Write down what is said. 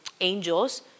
angels